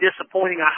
disappointing